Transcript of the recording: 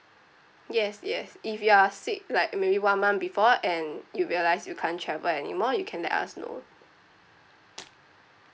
yes yes if you're sick like maybe one month before and you realise you can't travel anymore you can let us know